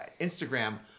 Instagram